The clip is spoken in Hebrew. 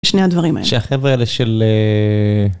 שני הדברים האלה. שהחבר'ה האלה של...